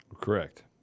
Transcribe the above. Correct